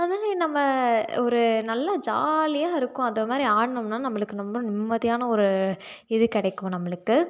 அது மாதிரி நம்ம ஒரு நல்லா ஜாலியாக இருக்கும் அது மாதிரி ஆடினம்னா நம்மளுக்கு ரொம்ப நிம்மதியான ஒரு இது கிடைக்கும் நம்மளுக்கு